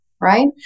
right